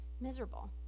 miserable